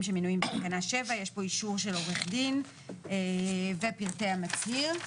שמנויים בתקנה 7. יש פה אישור של עורך דין ופרטי המצהיר.